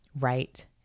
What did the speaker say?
right